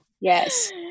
Yes